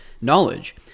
knowledge